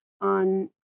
on